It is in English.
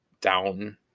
down